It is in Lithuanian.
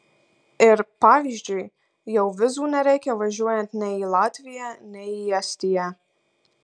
ir pavyzdžiui jau vizų nereikia važiuojant nei į latviją nei į estiją